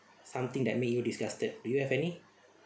something that made you disgusted do you have any